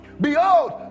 Behold